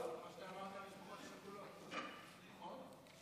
כמו שאמרת למשפחות השכולות, נכון?